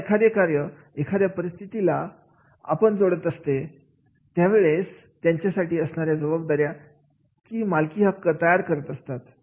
जेव्हा एखादे कार्य एखाद्या परिस्थितीला आपण जोडत असतो त्यावेळेस त्याच्यासाठी असणाऱ्या जबाबदाऱ्या किती मालकीहक्क तयार करत असतात